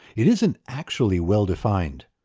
it isn't actually well-defined.